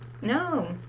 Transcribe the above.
No